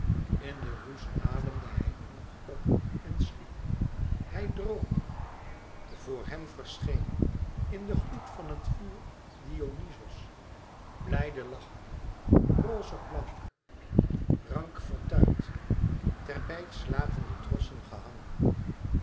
in den roes ademde hij hoog op en sliep hij droomde vor hem verscheen in den gloed van het vuur dionyzos blijde lachende rozig blank rankvertuit ter beide slapen de trossen gehangen